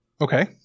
okay